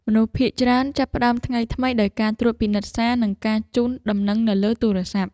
មនុស្សភាគច្រើនចាប់ផ្តើមថ្ងៃថ្មីដោយការត្រួតពិនិត្យសារ និងការជូនដំណឹងនៅលើទូរស័ព្ទ។